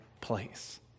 place